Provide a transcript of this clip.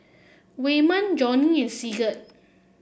Waymon Johnie and Sigurd